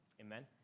Amen